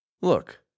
Look